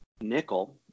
nickel